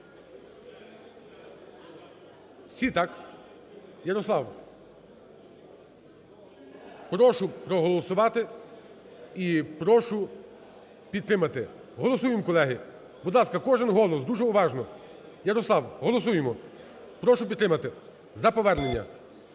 Всі, так? Ярослав? Прошу проголосувати і прошу підтримати. Голосуємо, колеги. Будь ласка, кожен голос дуже уважно. Ярослав, голосуємо. Прошу підтримати, за повернення.